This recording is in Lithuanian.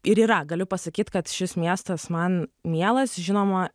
ir yra galiu pasakyt kad šis miestas man mielas žinoma